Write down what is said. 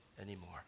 anymore